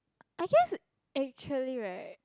I guess actually right